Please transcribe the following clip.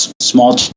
small